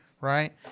right